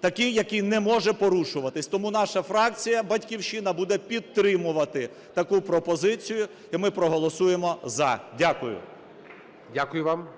такий, який не може порушуватися. Тому наша фракція "Батьківщина" буде підтримувати таку пропозицію, і ми проголосуємо "за". Дякую. ГОЛОВУЮЧИЙ. Дякую вам.